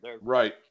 Right